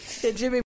Jimmy